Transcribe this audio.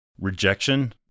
rejection